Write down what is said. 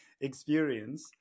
experience